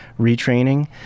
retraining